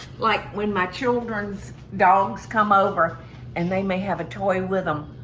like when my children's dogs come over and they may have a toy with them,